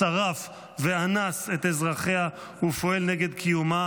שרף ואנס את אזרחיה ופועל נגד קיומה,